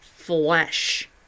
Flesh